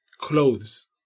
clothes